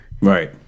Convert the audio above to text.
right